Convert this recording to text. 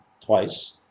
Twice